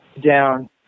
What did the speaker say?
down